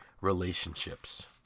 relationships